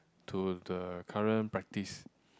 to the current practice